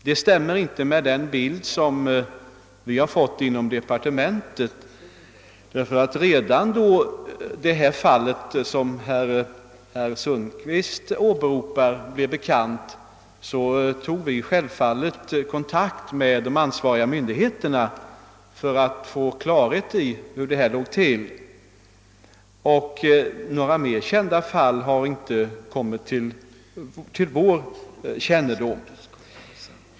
Det stämmer inte med den bild som vi har fått inom departementet, ty redan då det fall som herr Sundkvist åberopade blev bekant, tog vi självfallet kontakt med de ansvariga myndigheterna för att få klarhet i hur det låg till. Och några fler kända fall har vi inte fått vetskap om.